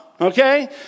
okay